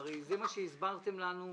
הרי זה מה שהסברתם לנו,